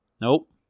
Nope